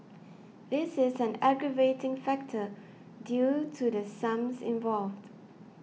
this is an aggravating factor due to the sums involved